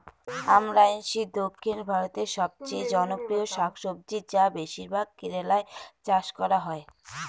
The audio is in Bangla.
আমরান্থেইসি দক্ষিণ ভারতের সবচেয়ে জনপ্রিয় শাকসবজি যা বেশিরভাগ কেরালায় চাষ করা হয়